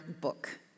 book